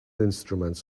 instruments